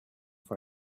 for